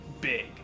big